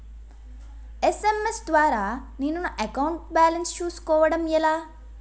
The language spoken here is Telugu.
ఎస్.ఎం.ఎస్ ద్వారా నేను నా అకౌంట్ బాలన్స్ చూసుకోవడం ఎలా?